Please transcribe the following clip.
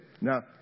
Now